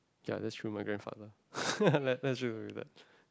ya that's true my grandfather that that's true